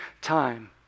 time